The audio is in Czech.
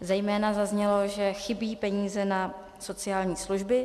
Zejména zaznělo, že chybí peníze na sociální služby.